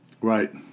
Right